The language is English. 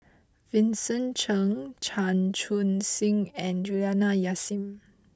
Vincent Cheng Chan Chun Sing and Juliana Yasin